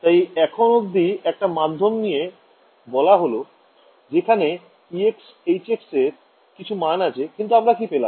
তাই এখন অবধি একটা মাধ্যম নিয়ে বলা হল যেখানে ex hx এর কিছু মান আছে কিন্তু আমরা কি পেলাম